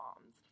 moms